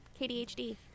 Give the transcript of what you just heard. kdhd